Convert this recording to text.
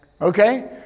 Okay